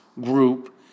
group